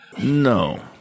No